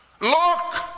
look